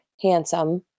handsome